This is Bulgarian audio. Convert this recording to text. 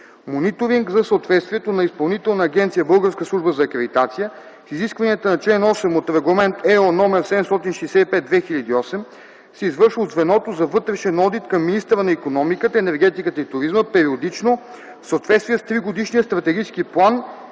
Мониторинг за съответствието на Изпълнителна агенция „Българска служба за акредитация” с изискванията на чл. 8 от Регламент (ЕО) № 765/2008 се извършва от звеното за вътрешен одит към министъра на икономиката, енергетиката и туризма периодично в съответствие с тригодишния стратегически план